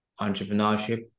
entrepreneurship